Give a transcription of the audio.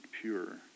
pure